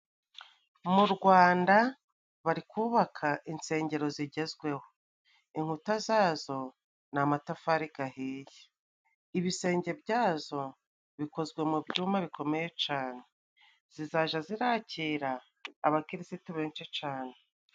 Mu rwanda bari kubabaka insengero zigezweho. Inkuta zazo ni amatafari gahiye, ibisenge byazo bikozwe mu byuma bikomeye cane zizajya zirakira abakirisitu benshi cane.